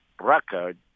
record